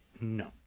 No